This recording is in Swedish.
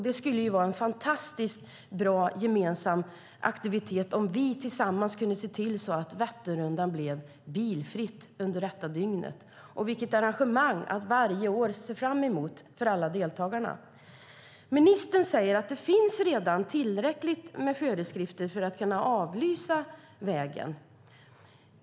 Det vore fantastiskt om vi tillsammans kunde se till att Vätternrundan blir bilfritt under detta dygn. Då skulle deltagarna kunna se fram emot detta arrangemang ännu mer. Minister säger att det redan finns tillräckligt med föreskrifter för att kunna avlysa vägen.